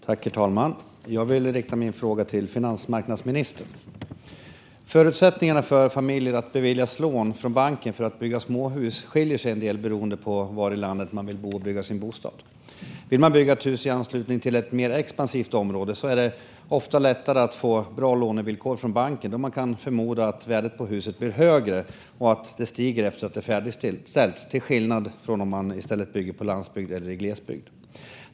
Herr talman! Jag vill rikta min fråga till finansmarknadsministern. Förutsättningarna för familjer att beviljas lån från banken för att bygga småhus skiljer sig en del åt beroende på var i landet man vill bo och bygga sin bostad. Vill man bygga ett hus i anslutning till ett mer expansivt område är det ofta lättare att få bra lånevillkor från banken då värdet på huset kan förmodas bli högre och stiga efter att huset är färdigställt, till skillnad från om man i stället bygger på landsbygd eller i glesbygd.